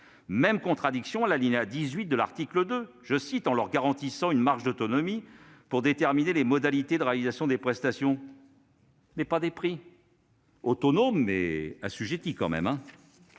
Même contradiction à l'alinéa 18 de l'article 2 :« en leur garantissant une marge d'autonomie pour déterminer les modalités de réalisation des prestations »... mais pas des prix ! Autonome, mais, quand même